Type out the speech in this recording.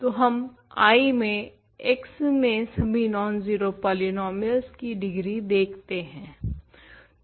तो हम I में x में सभी नॉन जीरो पॉलीनोमियल्स की डिग्री देखते हैं